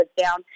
down